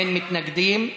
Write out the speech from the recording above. אין מתנגדים.